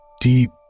deep